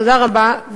תודה רבה,